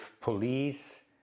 police